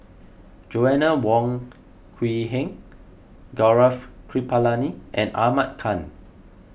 Joanna Wong Quee Heng Gaurav Kripalani and Ahmad Khan